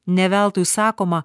ne veltui sakoma